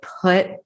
put